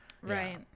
Right